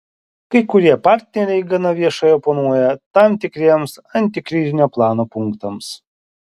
kai kurie partneriai gana viešai oponuoja tam tikriems antikrizinio plano punktams